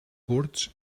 curts